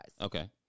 Okay